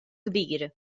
kbir